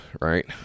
right